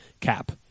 cap